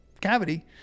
cavity